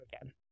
again